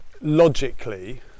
logically